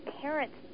parents